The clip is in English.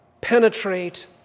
penetrate